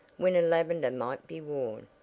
when a lavender might be worn,